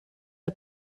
are